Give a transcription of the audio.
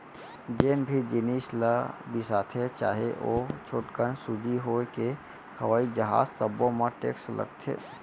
जेन भी जिनिस ल बिसाथे चाहे ओ छोटकन सूजी होए के हवई जहाज सब्बो म टेक्स लागथे